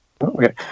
Okay